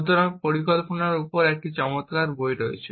সুতরাং পরিকল্পনার উপর একটি চমৎকার বই রয়েছে